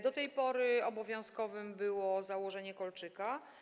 Do tej pory obowiązkowe było założenie kolczyka.